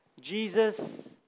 Jesus